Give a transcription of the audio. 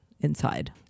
inside